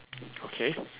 okay